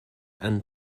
and